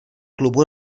klubu